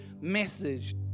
message